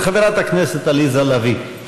של חברת הכנסת עליזה לביא.